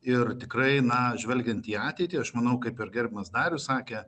ir tikrai na žvelgiant į ateitį aš manau kaip ir gerbiamas darius sakė